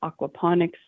aquaponics